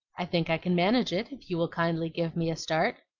i think i can manage it, if you will kindly give me a start.